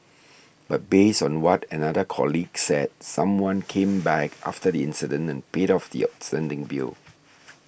but based on what another colleague said someone came back after the incident and paid off the outstanding bill